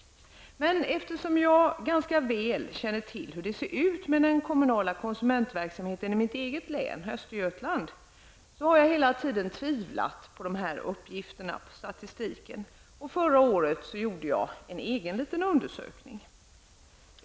Men eftersom jag ganska väl känner till hur det ser ut med den kommunala konsumentverksamheten i mitt eget län Östergötland, har jag hela tiden tvivlat på dessa uppgifter och på statistiken. Förra året gjorde jag därför en egen liten undersökning.